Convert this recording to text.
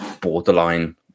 borderline